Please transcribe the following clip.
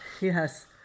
Yes